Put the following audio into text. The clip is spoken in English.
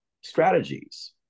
strategies